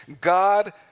God